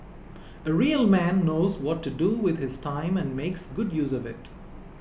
a real man knows what to do with his time and makes good use of it